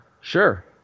sure